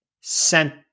sent